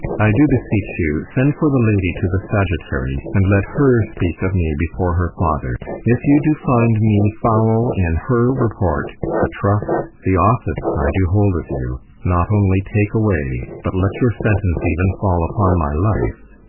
i do beseech you, send for the lady to the sagittary, and let her speak of me before her father. if you do find me foul in her report, the trust, the office i do hold of you, not only take away, but let your sentence even fall upon my life.